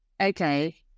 okay